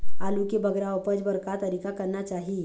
आलू के बगरा उपज बर का तरीका करना चाही?